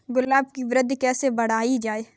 गुलाब की वृद्धि कैसे बढ़ाई जाए?